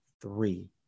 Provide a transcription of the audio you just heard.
three